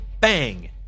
bang